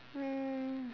um